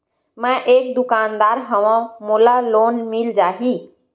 मै एक दुकानदार हवय मोला लोन मिल जाही?